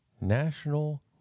National